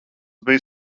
bija